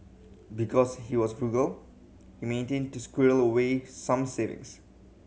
because he was frugal he to squirrel away some savings